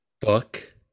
book